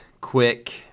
quick